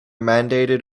mandated